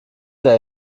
der